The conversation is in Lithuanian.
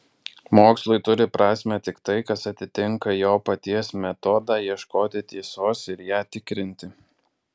mokslui turi prasmę tik tai kas atitinka jo paties metodą ieškoti tiesos ir ją tikrinti